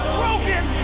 broken